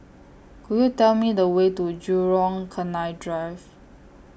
Could YOU Tell Me The Way to Jurong Canal Drive